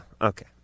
okay